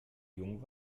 jung